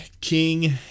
king